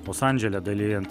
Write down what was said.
los andžele dalijant